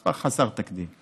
מספר חסר תקדים.